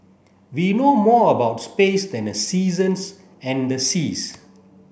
we know more about space than the seasons and the seas